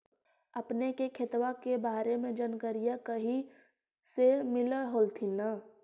अपने के खेतबा के बारे मे जनकरीया कही से मिल होथिं न?